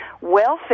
Welfare